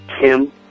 Kim